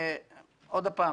שוב,